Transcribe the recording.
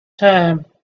time